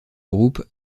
groupe